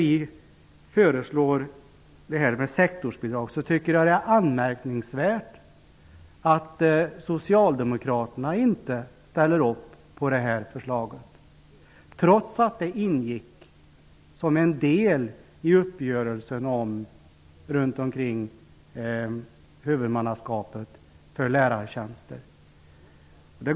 Vi föreslår alltså sektorsbidrag. Men det är anmärkningsvärt att Socialdemokraterna inte ställer upp på det här förslaget, trots att detta ingick som en del av uppgörelsen kring huvudmannaskapet för lärartjänster.